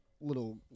little